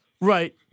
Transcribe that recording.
Right